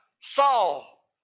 Saul